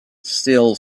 still